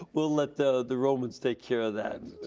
we'll let the the romans take care of that.